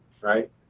right